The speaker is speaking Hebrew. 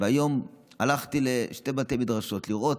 והיום הלכתי לשני בתי מדרשות לראות.